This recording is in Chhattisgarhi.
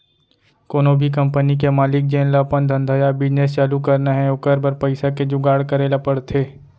कोनो भी कंपनी के मालिक जेन ल अपन धंधा या बिजनेस चालू करना हे ओकर बर पइसा के जुगाड़ करे ल परथे